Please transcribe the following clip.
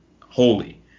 holy